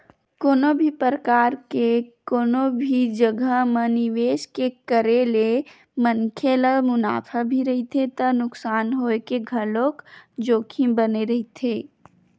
कोनो भी परकार के कोनो भी जघा म निवेस के करे ले मनखे ल मुनाफा भी रहिथे त नुकसानी होय के घलोक जोखिम बने रहिथे